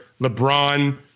LeBron